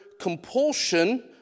compulsion